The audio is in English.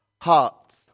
hearts